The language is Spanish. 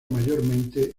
mayormente